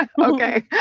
Okay